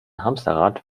hamsterrad